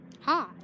Hi